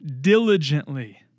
diligently